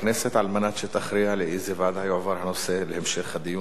על מנת שתכריע לאיזו ועדה הוא יועבר להמשך הדיון והמשך הטיפול.